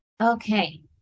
Okay